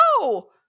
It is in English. No